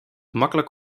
makkelijk